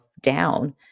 down